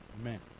Amen